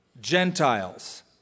Gentiles